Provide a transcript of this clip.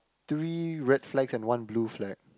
three red flags and one blue flag